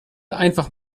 einfach